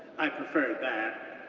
i preferred that.